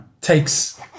takes